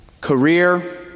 career